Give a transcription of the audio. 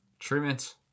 Treatments